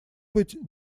быть